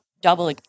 double